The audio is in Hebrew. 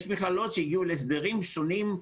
יש מכללות שהגיעו להסדרים שונים,